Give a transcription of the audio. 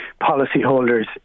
policyholders